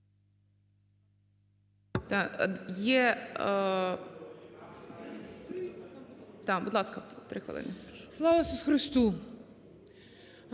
Слава Ісусу Христу!